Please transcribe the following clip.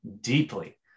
deeply